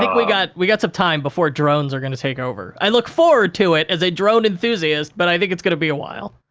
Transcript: think we got we got some time before drones are gonna take over. i look forward to it, as a drone enthusiast, but i think it's gonna be a while.